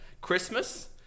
Christmas